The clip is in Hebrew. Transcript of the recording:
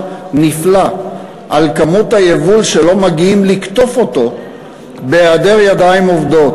נפלא על כמות היבול שלא מגיעים לקטוף אותו בהיעדר ידיים עובדות?